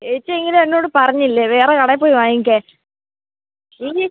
ഏച്ചി ഇങ്ങനെ എന്നോട് പറഞ്ഞില്ലേ വേറെ കടയിൽ പോയി വാങ്ങിക്കാൻ ഇനി